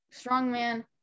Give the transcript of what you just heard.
strongman